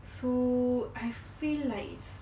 so I feel like it's